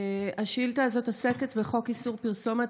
השאילתה הזאת עוסקת בחוק איסור פרסומת